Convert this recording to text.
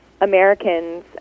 Americans